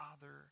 Father